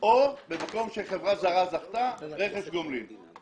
או במקום שחברה זרה זכתה, יהיה רכש גומלין.